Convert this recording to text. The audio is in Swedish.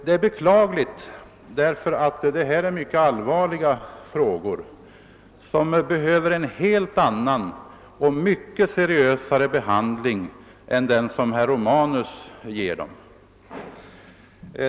Det är beklagligt, därför att detta är mycket allvarliga frågor, som behöver en helt annan och mycket seriösare behandling än den som herr Romanus ger dem.